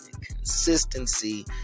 Consistency